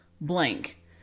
blank